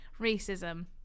racism